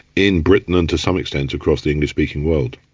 in britain and to some extent across the english-speaking world.